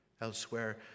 elsewhere